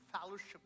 fellowship